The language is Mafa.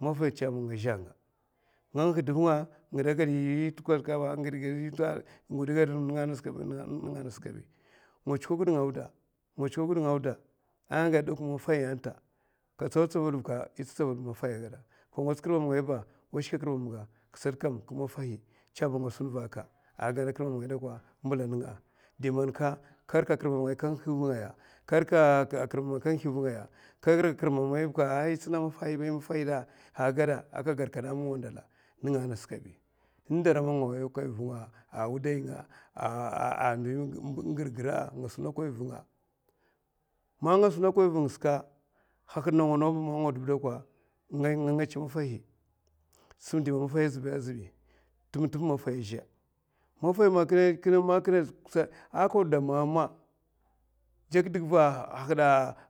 Maffa nigeria ngidè agada yè nguh dè va kata, votsuko giè kinè auda yè tsau tsavul ba, yè tsau n'tè di man mana maffa ay gadamama angada pizkada anga shiknga a wiy nga ngats kada riy biy ba nga shiknga a wiy, sai man n'dè til na amama kabi sa man n'til bi sat, chivid mana amba nga jakda zhigilè aviya, vogau kosuk ginè ka pir nd, ngo gusokoy kosuk airy chèwchèw, vo gus mpizhè ariy chèwchèw anawa nawa ba agida angasa kosuk magatsa chivid nda manguno magatsa, man chi, ka ngots kirmam ngaya ba kashikè asamna akinè sata tsi tsavul, dè man ka rika kirmama ngaya aka ngih vungaya, ka rika kirmam ngayayè kat ma akè sè kam, n'dara man nga nguho koy vunga bi, a wuday nga n'gurgura a wuday nga n'kwutè n'kwutè, nga ngulokon vunga suka agidèmè? Kodo hungwa a hungwa bè ka, ka ngèchè mafa jakda